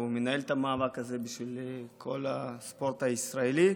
והוא מנהל את המאבק הזה בשביל כל הספורט הישראלי.